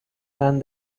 and